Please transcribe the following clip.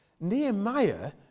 Nehemiah